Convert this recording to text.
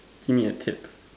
give me a tip